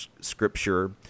scripture